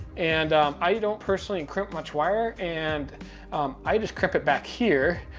and i don't personally and crimp much wire, and i just crimp it back here,